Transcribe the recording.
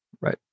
right